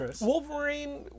Wolverine